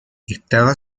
estaba